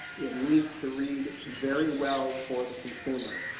it needs to read very well for the consumer.